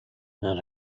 not